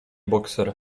bokser